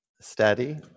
Steady